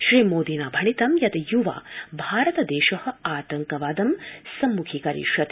श्रीनरेन्द्रमोदिना भणितं यत् युवा भारतदेश आतंकवादं सम्मुखीकरिष्यति